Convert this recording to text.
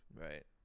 Right